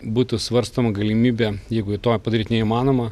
būtų svarstoma galimybė jeigu to padaryt neįmanoma